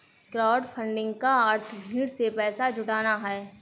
crowdfunding का अर्थ भीड़ से पैसा जुटाना है